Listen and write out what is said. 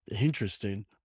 Interesting